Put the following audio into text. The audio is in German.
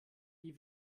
die